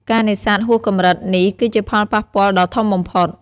ការនេសាទហួសកម្រិត នេះគឺជាផលប៉ះពាល់ដ៏ធំបំផុត។